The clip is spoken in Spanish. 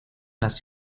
las